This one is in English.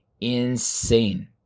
insane